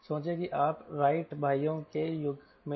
सोचें कि आप राइट भाइयों के युग में हैं